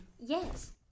Yes